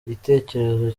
igitekerezo